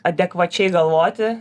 adekvačiai galvoti